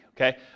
Okay